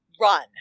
run